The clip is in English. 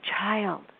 child